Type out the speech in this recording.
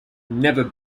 never